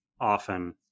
often